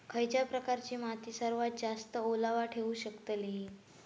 खयच्या प्रकारची माती सर्वात जास्त ओलावा ठेवू शकतली?